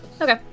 Okay